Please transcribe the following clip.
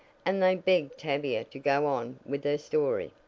and they begged tavia to go on with her story.